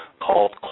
called